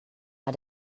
war